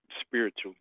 spiritual